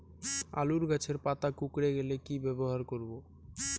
আলুর গাছের পাতা কুকরে গেলে কি ব্যবহার করব?